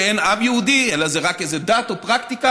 שאין עם יהודי אלא זה רק איזו דת או פרקטיקה,